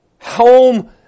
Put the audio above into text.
home